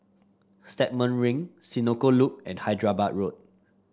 Stagmont Ring Senoko Loop and Hyderabad Road